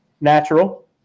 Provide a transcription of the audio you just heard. Natural